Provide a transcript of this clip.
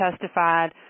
testified